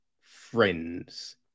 friends